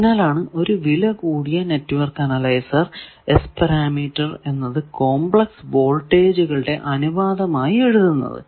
അതിനാലാണ് ഒരു വില കൂടിയ നെറ്റ്വർക്ക് അനലൈസർ S പാരാമീറ്റർ എന്നത് കോംപ്ലക്സ് വോൾട്ടേജുകളുടെ അനുപാതമായി എഴുതുന്നത്